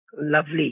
Lovely